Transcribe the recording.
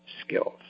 skills